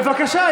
בבקשה,